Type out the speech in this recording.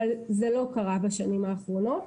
אבל זה לא קרה בשנים האחרונות.